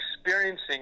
experiencing